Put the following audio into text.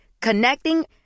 Connecting